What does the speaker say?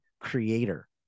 creator